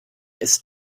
ist